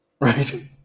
right